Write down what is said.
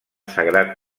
sagrat